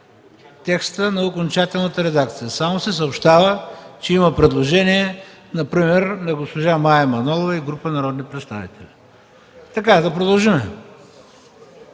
текстът на окончателната редакция, а само се съобщава, че има предложение, например: „на госпожа Мая Манолова и група народни представители”. Да продължим.